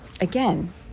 again